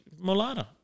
mulata